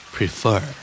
Prefer